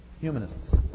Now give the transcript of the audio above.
Humanists